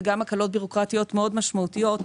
וגם הקלות בירוקרטיות מאוד משמעותיות,